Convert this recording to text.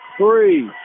three